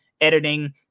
editing